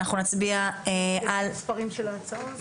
נצביע על --- יש להקריא את מספרי ההצעות.